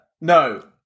no